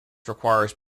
requires